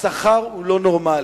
השכר הוא לא נורמלי.